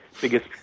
biggest